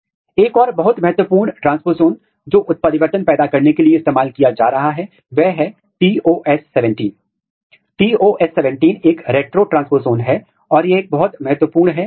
तो यह WUSCHEL promoter है ड्राइविंग GFP WUSCHEL प्रोटीन के साथ जुड़े हुए है आप देख सकते हैं कि एल 1 और एल 2 परत में दोनों परतों में प्रोटीन होता है